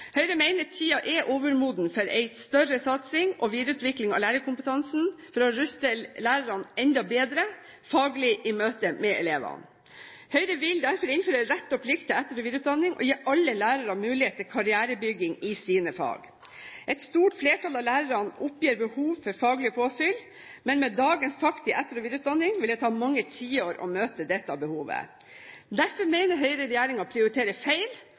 Høyre mener tiden nå er overmoden for en større satsing og videreutvikling av lærerkompetansen for å ruste lærerne enda bedre faglig i møte med elevene. Høyre vil derfor innføre rett og plikt til etter- og videreutdanning og gi alle lærere mulighet til karrierebygging i sine fag. Et stort flertall av lærerne oppgir behov for faglig påfyll, men med dagens takt i etter- og videreutdanning vil det ta mange tiår å møte dette behovet. Derfor mener Høyre at regjeringen prioriterer feil